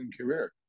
career